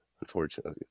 Unfortunately